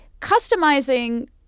customizing